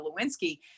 Lewinsky